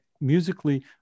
musically